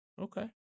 Okay